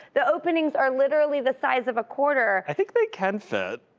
the openings are literally the size of a quarter. i think they can fit.